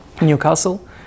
Newcastle